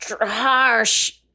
harsh